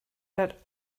that